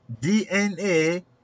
DNA